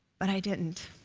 but i didn't.